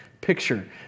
picture